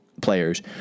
players